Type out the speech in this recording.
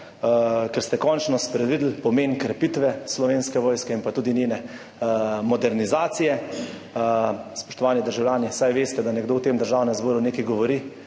ker ste končno sprevideli pomen krepitve Slovenske vojske in tudi njene modernizacije. Spoštovani državljani, saj veste, da nekdo v tem državnem zboru nekaj govori,